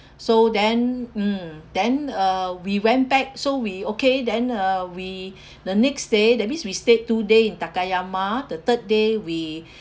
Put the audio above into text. so then mm then uh we went back so we okay then uh we the next day that means we stayed two day in takayama the third day we